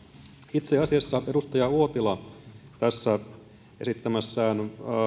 itse asiassa edustaja uotila tässä esittämässään